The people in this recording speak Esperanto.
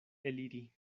eliri